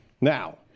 Now